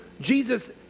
Jesus